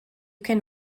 can